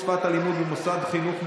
שפת הלימוד במוסד לחינוך מיוחד),